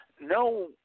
No